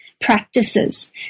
practices